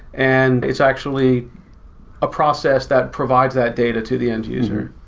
and it's actually a process that provides that data to the end-user